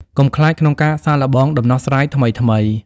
កុំខ្លាចក្នុងការសាកល្បងដំណោះស្រាយថ្មីៗ។